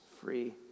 free